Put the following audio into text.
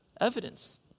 evidence